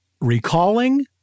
recalling